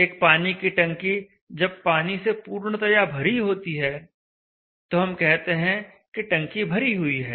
एक पानी की टंकी जब पानी से पूर्णतया भरी होती है तो हम कहते हैं कि टंकी भरी हुई है